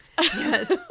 Yes